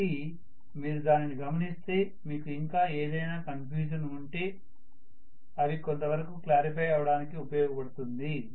కాబట్టి మీరు దానిని గమనిస్తే మీకు ఇంకా ఏదైనా కన్ఫ్యూషన్ ఉంటే అవి కొంతవరకు క్లారిఫై అవ్వడానికి ఉపయోగపడుతుంది